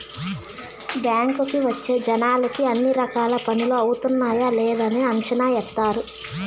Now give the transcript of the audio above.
బ్యాంకుకి వచ్చే జనాలకి అన్ని రకాల పనులు అవుతున్నాయా లేదని అంచనా ఏత్తారు